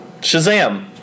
Shazam